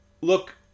look